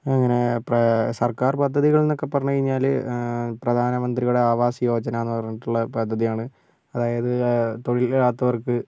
അങ്ങനേ സർക്കാർ പദ്ധതികളെന്നൊക്കെ പറഞ്ഞു കഴിഞ്ഞാൽ പ്രധാന മന്ത്രിയുടെ ആവാസ് യോജന എന്നു പറഞ്ഞിട്ടുള്ള പദ്ധതിയാണ് അതായത് തൊഴിലില്ലാത്തവർക്ക്